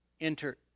enter